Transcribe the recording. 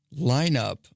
lineup